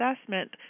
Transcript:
assessment